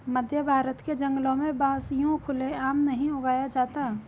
मध्यभारत के जंगलों में बांस यूं खुले आम नहीं उगाया जाता